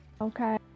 Okay